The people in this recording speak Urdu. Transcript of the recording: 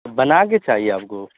بنا کے چاہیے آپ کو